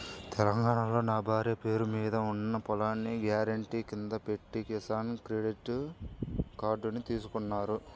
తెలంగాణాలో నా భార్య పేరు మీద ఉన్న పొలాన్ని గ్యారెంటీ కింద పెట్టి కిసాన్ క్రెడిట్ కార్డుని తీసుకున్నాను